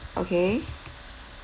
okay